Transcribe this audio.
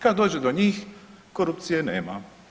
Kad dođe do njih, korupcije nema.